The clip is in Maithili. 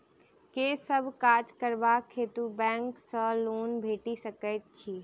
केँ सब काज करबाक हेतु बैंक सँ लोन भेटि सकैत अछि?